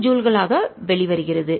0 ஜூல்களாக வெளிவருகிறது